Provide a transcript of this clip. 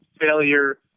failure